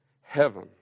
Heaven